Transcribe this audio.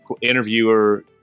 interviewer